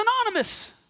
Anonymous